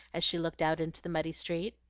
as she looked out into the muddy street.